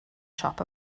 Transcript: siop